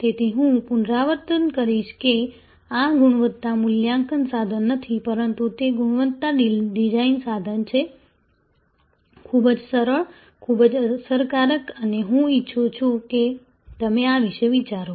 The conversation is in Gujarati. તેથી હું પુનરાવર્તન કરીશ કે આ ગુણવત્તા મૂલ્યાંકન સાધન નથી પરંતુ તે ગુણવત્તાયુક્ત ડિઝાઇન સાધન છે ખૂબ જ સરળ ખૂબ અસરકારક અને હું ઈચ્છું છું કે તમે આ વિશે વિચારો